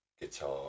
guitar